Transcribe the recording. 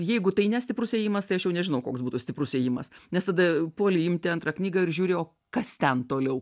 jeigu tai ne stiprus ėjimas tai aš jau nežinau koks būtų stiprus ėjimas nes tada puoli imti antrą knygą ir žiūri o kas ten toliau